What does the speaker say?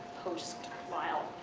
post while